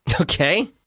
Okay